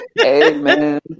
Amen